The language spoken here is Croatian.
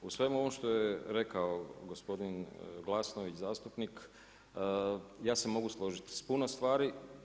U svemu ovom što je rekao gospodin Glasnović, zastupnik, ja se mogu složiti s puno stvari.